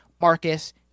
marcus